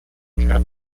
japanese